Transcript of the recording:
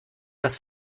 das